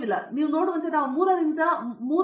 ನೀವು ನೋಡುವಂತೆ ನಾವು 3 ರಿಂದ 3